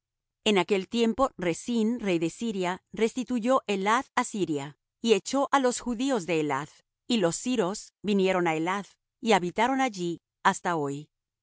en aquel tiempo resín rey de siria restituyó elath á siria y echó á los judíos de elath y los siros vinieron á elath y habitaron allí hasta hoy